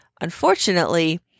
Unfortunately